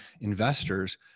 investors